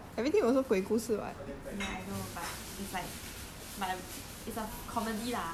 ya I know but it's like but I it's a comedy lah a comedy